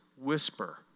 whisper